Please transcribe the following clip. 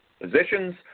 positions